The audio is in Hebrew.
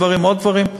עוד דברים.